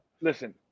listen